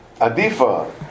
Adifa